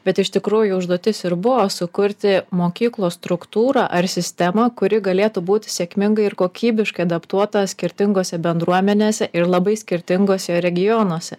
bet iš tikrųjų užduotis ir buvo sukurti mokyklos struktūrą ar sistemą kuri galėtų būti sėkmingai ir kokybiškai adaptuota skirtingose bendruomenėse ir labai skirtinguose regionuose